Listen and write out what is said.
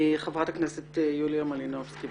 חברת הכנסת יוליה מלינובסקי.